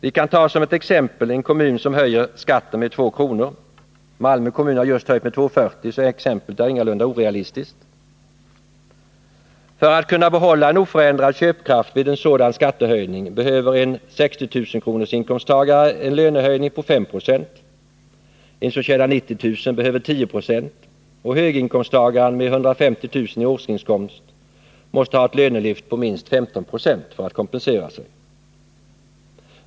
Vi kan ta som ett exempel en kommun som höjer skatten med2 kr. — Malmö kommun har just höjt med 2,40, så exemplet är ingalunda orealistiskt. För att kunna behålla en oförändrad köpkraft vid en sådan skattehöjning behöver en inkomsttagare med 60000 i årsinkomst en lönehöjning på 5926. Den som tjänar 90000 behöver en tioprocentig lönehöjning, och höginkomsttagaren med 150 000 i årsinkomst måste ha ett lönelyft på minst 15 96 för att kompensera sig.